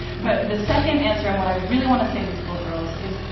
but the second answer, and what i really want to say to these little girls is,